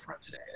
today